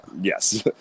yes